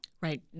Right